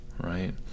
right